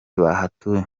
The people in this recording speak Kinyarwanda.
bahatuye